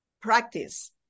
practice